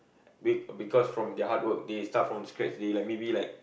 be~ because from their hard work they start from scratch they like maybe like